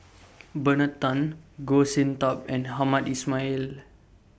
Bernard Tan Goh Sin Tub and Hamed Ismail